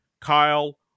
Kyle